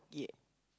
yeah